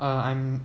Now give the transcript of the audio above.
uh I'm